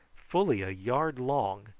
fully a yard long,